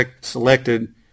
selected